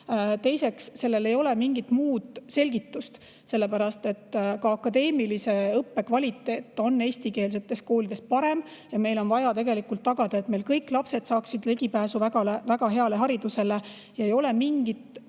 teiseks, sellele ei ole mingit muud selgitust. Sellepärast, et ka akadeemilise õppe kvaliteet on eestikeelsetes koolides parem ja meil on vaja tagada, et kõik meie lapsed saaksid ligipääsu väga heale haridusele. Ei ole mingit põhjust